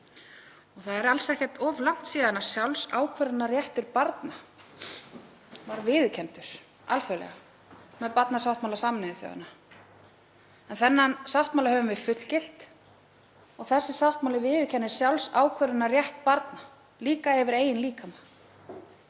og það er alls ekki mjög langt síðan sjálfsákvörðunarréttur barna var viðurkenndur alþjóðlega með barnasáttmála Sameinuðu þjóðanna. Þann sáttmála höfum við fullgilt. Sá sáttmáli viðurkennir sjálfsákvörðunarrétt barna, líka yfir eigin líkama